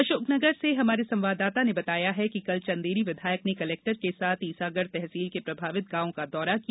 अशोकनगर से हमारे संवाददाता ने बताया है कि कल चंदेरी विधायक ने कलेक्टर के साथ ईसागढ़ तहसील के प्रभावित गॉवों का दौरा किया